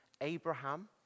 Abraham